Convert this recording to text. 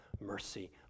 mercy